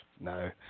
no